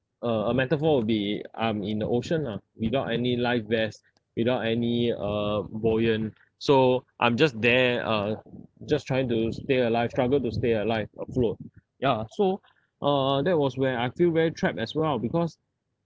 a a metaphor would be arm in the ocean lah without any life vest without any uh buoyant so I'm just there uh just trying to stay alive struggled to stay alive afloat ya so uh that was when I feel very trap as well because